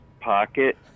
pocket